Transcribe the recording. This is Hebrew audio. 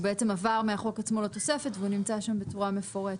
הוא בעצם עבר מהחוק עצמו לתוספת והוא נמצא שם בצורה מפורטת.